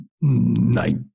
night